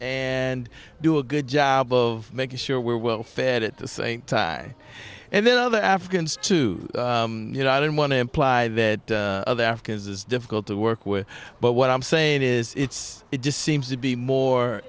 and do a good job of making sure we're well fed at the same time and then other africans to you know i don't want to imply that other africans is difficult to work with but what i'm saying is it just seems to be more